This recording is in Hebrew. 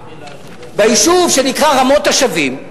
ביישוב שנקרא רמות-השבים,